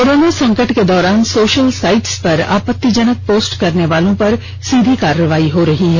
corona संकट के दौरान सोषल साइट्स पर आपत्तिजनक पोस्ट करने वालों पर सीधी कार्रवाई हो रही है